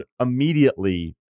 immediately